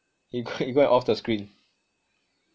he he go and off the screen